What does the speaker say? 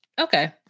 Okay